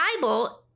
Bible